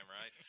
right